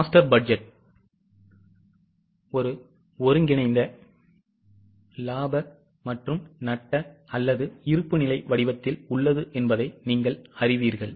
master budget ஒரு ஒருங்கிணைந்த லாப மற்றும் நட்ட அல்லது இருப்புநிலை வடிவத்தில் உள்ளது என்பதை நீங்கள் அறிவீர்கள்